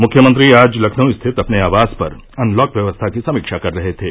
मुख्यमंत्री आज लखनऊ स्थित अपने आवास पर अनलॉक व्यवस्था की समीक्षा कर रहे थे